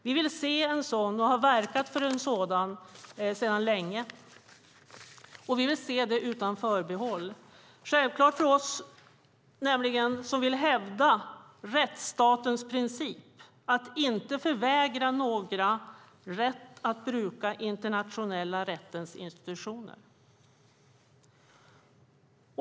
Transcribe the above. Vi vill se en sådan och har verkat för en sådan sedan länge. Vi vill se det utan förbehåll. Det är självklart för oss som vill hävda rättsstatens princip att inte förvägra några rätten att bruka den internationella rättens institutioner.